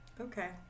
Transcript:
Okay